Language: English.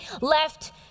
left